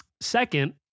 second